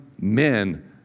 men